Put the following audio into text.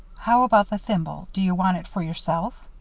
how about the thimble? do you want it for yourself?